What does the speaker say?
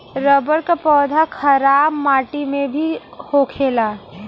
rubber क पौधा खराब माटी में भी होखेला